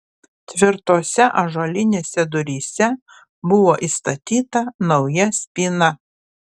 tvirtose ąžuolinėse duryse buvo įstatyta nauja spyna